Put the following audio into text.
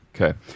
Okay